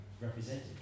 represented